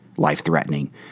life-threatening